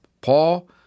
Paul